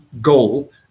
goal